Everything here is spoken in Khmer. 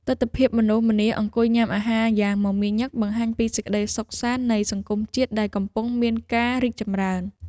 ទិដ្ឋភាពមនុស្សម្នាអង្គុយញ៉ាំអាហារយ៉ាងមមាញឹកបង្ហាញពីសេចក្ដីសុខសាន្តនៃសង្គមជាតិដែលកំពុងមានការរីកចម្រើន។